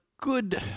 Good